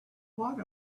what